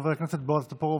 חבר הכנסת בועז טופורובסקי.